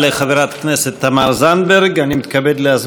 אני מתכבד להזמין את חברת הכנסת שלי יחימוביץ.